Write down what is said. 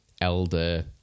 elder